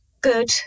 good